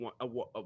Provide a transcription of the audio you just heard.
one